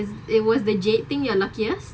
it was the jade thing you are luckiest